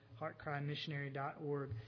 heartcrymissionary.org